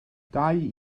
dau